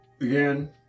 Again